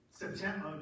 September